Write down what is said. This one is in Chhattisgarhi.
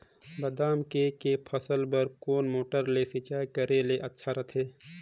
बादाम के के फसल बार कोन मोटर ले सिंचाई करे ले अच्छा रथे?